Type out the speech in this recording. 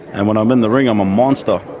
and when i'm in the ring i'm a monster!